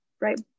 right